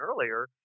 earlier